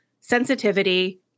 sensitivity